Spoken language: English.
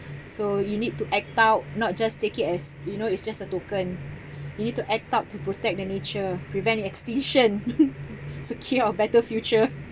so you need to act out not just take it as you know it's just a token you need to act out to protect the nature prevent extinction secure a better future